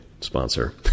sponsor